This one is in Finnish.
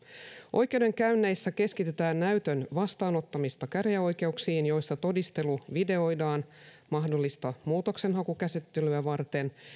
oikeudenkäynneissä keskitetään näytön vastaanottamista käräjäoikeuksiin joissa todistelu videoidaan mahdollista muutoksenhakukäsittelyä varten